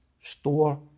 store